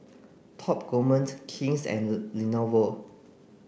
Top Gourmet King's and Lenovo